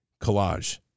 collage